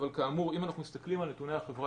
אבל אם אנחנו מסתכלים על נתוני החברה